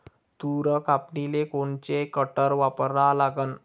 तूर कापनीले कोनचं कटर वापरा लागन?